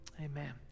amen